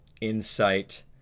insight